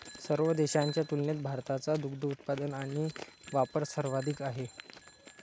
सर्व देशांच्या तुलनेत भारताचा दुग्ध उत्पादन आणि वापर सर्वाधिक आहे